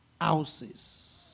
houses